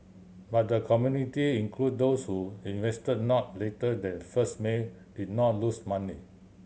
but the community include those who invested not later than first May did not lose money